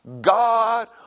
God